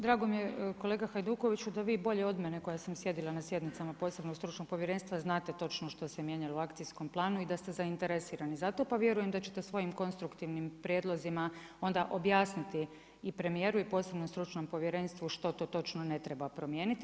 Drago mi je kolega Hajdukoviću da vi bolje od mene koja sam sjedila na sjednicama posebnog stručnog povjerenstva, znate točno što se mijenjalo u akcijskom planu i da ste zainteresirani za to, pa vjerujem da ćete svojim konstruktivnim prijedlozima onda objasniti i premijeru i posebnom stručnom povjerenstvu što to točno ne treba promijeniti.